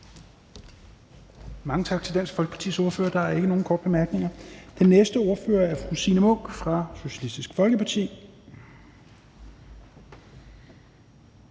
Mange tak til Dansk Folkepartis ordfører. Der er ikke nogen korte bemærkninger. Den næste ordfører er fru Signe Munk fra Socialistisk Folkeparti.